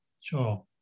sure